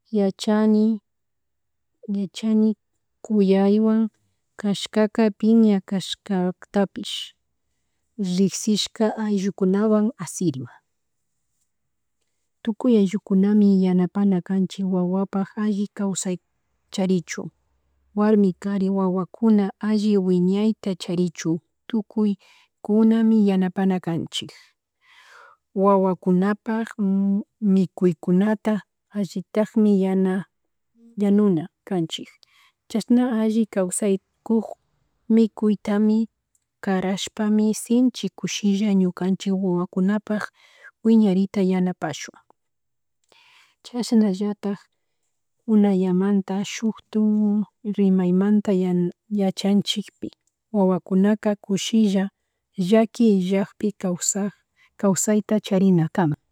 Yachani, yachani kuyaywan chaskaka, piña kashkatapish rikshika ayllukuwan asirin, tukuy ayllukunami yanapana kanchik wawapak alli kawsay charichun, warmi, kari, wawakuna alli wiñayta charichun tukuykunami yanapani canchik, wawakunapak mikuy kunata allitak mi yana yanuna kanchik chashna alli kawsak kuk mikuytami karashpa sinchin kushilla wawakunapak wiñarita yanapashun, chasnallatak unayanata shuta rimayamata yachanchikpi wawakuna kushilla llaki illapi kawsak kawsayta charina kan